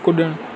कुॾणु